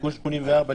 תיקון 84,